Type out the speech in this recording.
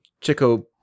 Chico